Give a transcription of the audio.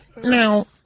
Now